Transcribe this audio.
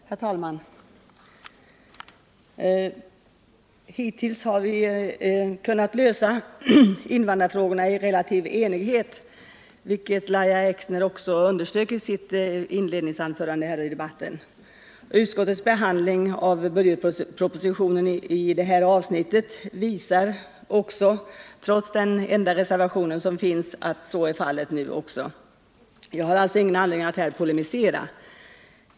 Herr talman! Hittills har vi kunnat lösa invandrarfrågorna i relativ enighet, vilket också Lahja Exner underströk i sitt inledningsanförande. Utskottets behandling av budgetpropositionen i detta avsnitt visar, trots den enda reservationen, att så är fallet. Jag har alltså ingen anledning att polemisera.